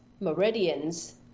meridians